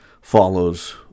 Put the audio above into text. follows